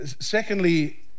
Secondly